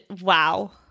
wow